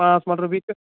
پانژھ ملرٕ بیٚیہِ تہِ